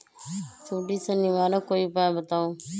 सुडी से निवारक कोई उपाय बताऊँ?